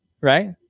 Right